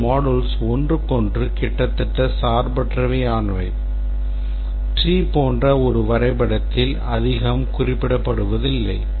அந்த modules ஒன்றுக்கொன்று கிட்டத்தட்ட சார்பற்றவை ஆனவை tree போன்ற ஒரு வரைபடத்தில் அதிகம் குறிப்பிடப்படுவதில்லை